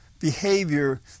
behavior